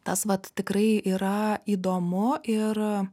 tas vat tikrai yra įdomu ir